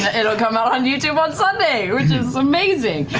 it'll come out on youtube on sunday, which is amazing.